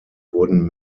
wurden